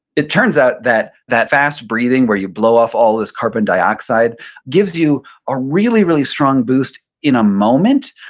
it turns out that that fast breathing where you blow off all this carbon dioxide gives you a really, really strong boost in a moment,